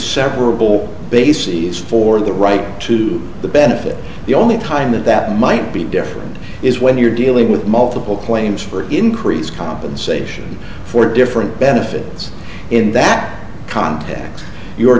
separable bases for the right to the benefit the only time that that might be different is when you're dealing with multiple claims for increase compensation for different benefits in that context you